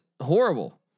horrible